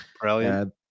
Brilliant